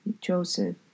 Joseph